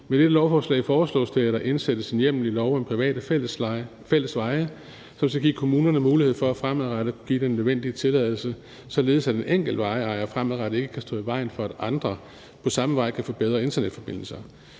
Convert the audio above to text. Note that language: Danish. Med dette lovforslag foreslås det, at der indsættes en hjemmel i lov om private fællesveje, som skal give kommunerne mulighed for fremadrettet at give den nødvendige tilladelse, således at en enkelt vejejer fremadrettet ikke kan stå i vejen for, at andre på samme vej kan få bedre internetforbindelse.